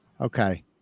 Okay